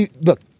look